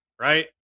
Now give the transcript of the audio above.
right